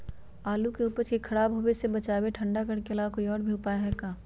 आलू के उपज के खराब होवे से बचाबे ठंडा घर के अलावा कोई और भी उपाय है का?